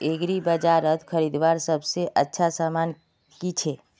एग्रीबाजारोत खरीदवार सबसे अच्छा सामान की छे?